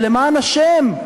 שלמען השם,